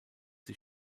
sie